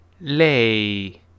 lay